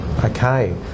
okay